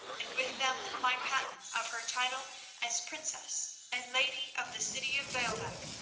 and with them my patent of her title as princess, and lady of the city of baalbec,